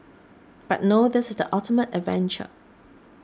but no this is the ultimate adventure